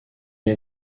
est